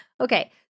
Okay